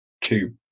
two